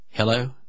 Hello